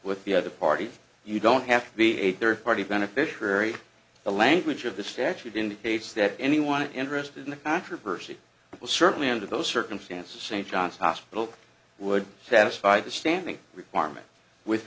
with the other party you don't have to be a third party beneficiary the language of the statute indicates that anyone interested in the controversy will certainly under those circumstances st john's hospital would satisfy the standing requirement with